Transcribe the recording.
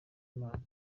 imana